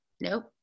Nope